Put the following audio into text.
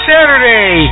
Saturday